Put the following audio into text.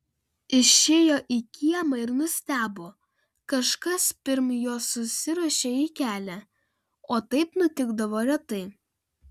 išėjo į kiemą ir nustebo kažkas pirm jo susiruošė į kelią o taip nutikdavo retai